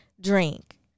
drink